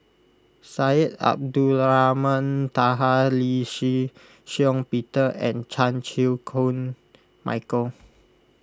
Syed Abdulrahman Taha Lee Shih Shiong Peter and Chan Chew Koon Michael